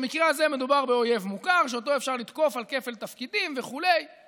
במקרה הזה מדובר באויב מוכר שאותו אפשר לתקוף על כפל תפקידים וכו';